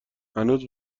هنوز